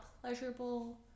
pleasurable